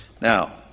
Now